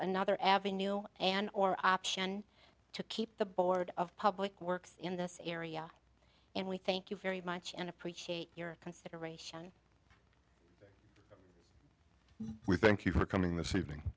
another avenue and or option to keep the board of public works in this area and we thank you very much and appreciate your consideration we thank you for coming this evening